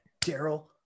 Daryl